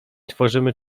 tworzymy